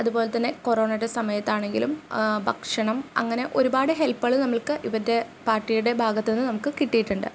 അതുപോലെ തന്നെ കൊറോണൻ്റെ സമയത്താണെങ്കിലും ഭക്ഷണം അങ്ങനെ ഒരുപാട് ഹെലപ്പുകൾ നമ്മൾക്ക് ഇവരുടേ പാർട്ടിയുടെ ഭാഗത്തു നിന്ന് നമുക്ക് കിട്ടിയിട്ടുണ്ട്